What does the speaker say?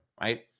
Right